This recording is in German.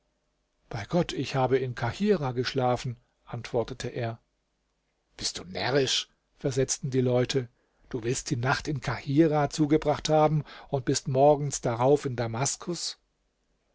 bei gott ich habe in kahirah geschlafen antwortete er bist du närrisch versetzten die leute du willst die nacht in kahirah zugebracht haben und bist morgens darauf in damaskus